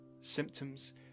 Symptoms